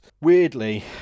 weirdly